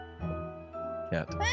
Cat